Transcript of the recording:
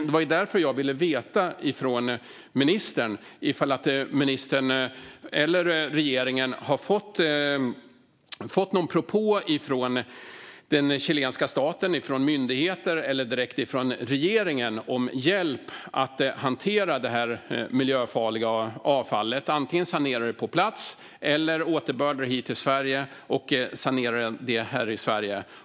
Det var därför jag ville veta från ministern om ministern eller regeringen fått någon propå från den chilenska staten - från myndigheter eller direkt från regeringen - om hjälp med att hantera det här miljöfarliga avfallet genom att antingen sanera det på plats eller återbörda det hit till Sverige och sanera det här.